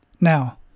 Now